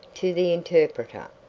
to the interpreter,